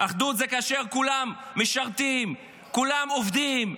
אחדות זה כאשר כולם משרתים, כולם עובדים,